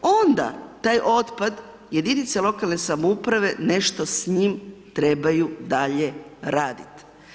Onda taj otpad jedinice lokalne samouprave nešto s njim trebaju dalje raditi.